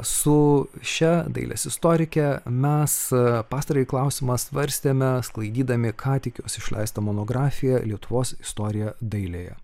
su šia dailės istorike mes pastarąjį klausimą svarstėme sklaidydami ką tik jos išleistą monografiją lietuvos istorija dailėje